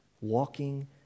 walking